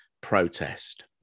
protest